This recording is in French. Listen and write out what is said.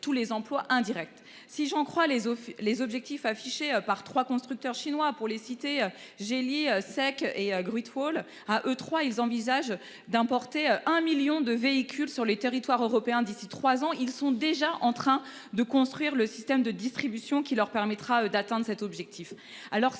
tous les emplois indirects si j'en crois les les objectifs affichés par 3 constructeurs chinois pour les cités. Jelly sec et Great Wall, à eux 3 ils envisagent d'importer un million de véhicules sur les territoires européens d'ici 3 ans, ils sont déjà en train de construire le système de distribution qui leur permettra d'atteindre cet objectif.